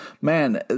man